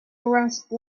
rusty